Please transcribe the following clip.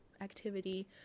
activity